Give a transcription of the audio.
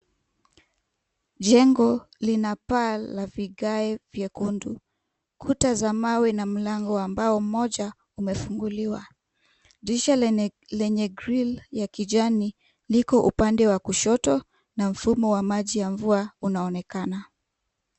Jengo lina paa la vigae vyekundu, kuta za mawe na mlango wa mbao mmoja umefunguliwa. Dirisha lenye grill ya kijani liko upande wa kushoto na mfumo wa maji ya mvua unaonekana.